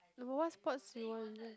what sports you want